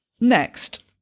Next